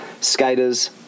skaters